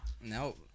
No